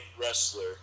wrestler